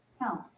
help